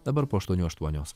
dabar po aštuonių aštuonios